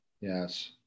Yes